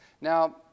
Now